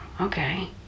okay